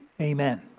Amen